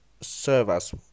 servers